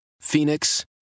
Phoenix